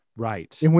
Right